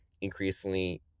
increasingly